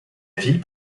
ville